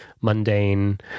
mundane